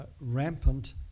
rampant